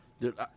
Dude